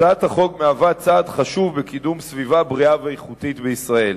הצעת החוק היא צעד חשוב בקידום סביבה בריאה ואיכותית בישראל,